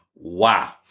Wow